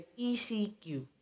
ECQ